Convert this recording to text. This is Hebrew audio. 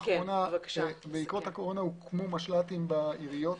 בעקבות הקורונה הוקמו משל"טים בעיריות.